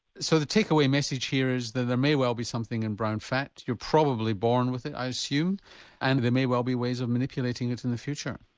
so the take away message here is that there may well be something in brown fat, you're probably born with it i assume and there may well be ways of manipulating it in the future.